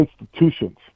institutions